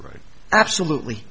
right absolutely